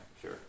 sure